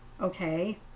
okay